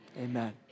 Amen